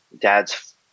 dad's